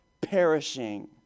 perishing